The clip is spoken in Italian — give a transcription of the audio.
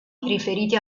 riferiti